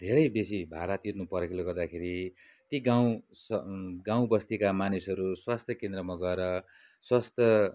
धेरै बेसी भारा तिर्नु परेकोले गर्दाखेरि ती गाउँ गाउँ बस्तीका मानिसहरू स्वास्थ केन्द्रमा गएर स्वास्थ